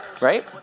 Right